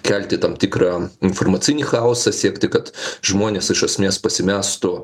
kelti tam tikrą informacinį chaosą siekti kad žmonės iš esmės pasimestų